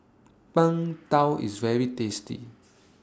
Png Tao IS very tasty